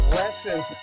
lessons